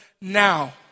now